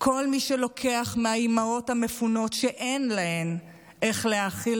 כל מי שלוקח מהאימהות המפונות שאין להן איך להאכיל